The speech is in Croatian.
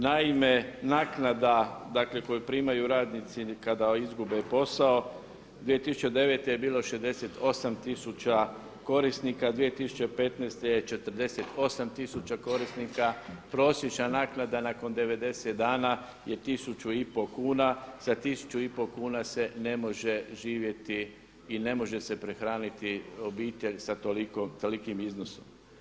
Naime, naknada dakle koju primaju radnici kada izgube posao, 2009. je bilo 68 tisuća korisnika, 2015. je 48 tisuća korisnika, prosječna naknada nakon 90 dana je 1500kn, sa 1500kn se ne može živjeti i ne može se prehraniti obitelj sa tolikim iznosom.